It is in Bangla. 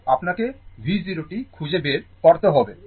আপনাকে V 0 t খুঁজে বের করতে হবে